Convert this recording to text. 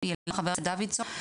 שאמר חבר הכנסת דוידסון,